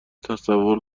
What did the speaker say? تصور